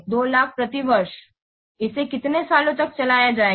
200000 प्रति वर्ष इसे कितने सालों तक चलाया जाएगा